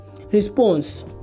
response